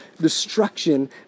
destruction